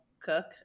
cook